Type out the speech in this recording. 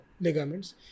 ligaments